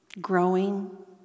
growing